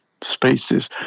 spaces